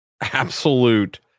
absolute